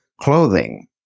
clothing